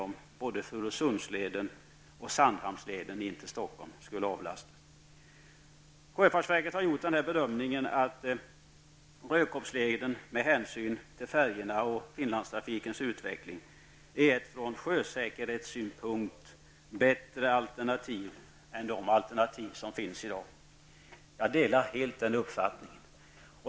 Det gäller den led in till Sjöfartsverket har gjort den bedömningen att Finlandstrafikens utveckling är ett från sjösäkerhetssynpunkt bättre alternativ än de alternativ som finns i dag. Jag delar helt den uppfattningen.